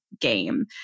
game